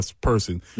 person